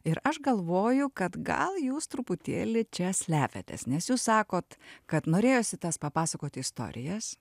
ir aš galvoju kad gal jūs truputėlį čia slepiatės nes jūs sakot kad norėjosi tas papasakoti istorijas